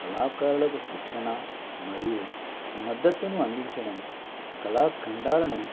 కళాకారులకు శిక్షణ మరియు మద్దతును అందించడం కళాఖండాలను